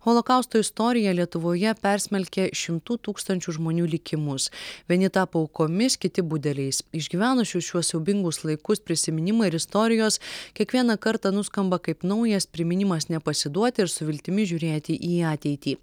holokausto istorija lietuvoje persmelkė šimtų tūkstančių žmonių likimus vieni tapo aukomis kiti budeliais išgyvenusių šiuos siaubingus laikus prisiminimai ir istorijos kiekvieną kartą nuskamba kaip naujas priminimas nepasiduoti ir su viltimi žiūrėti į ateitį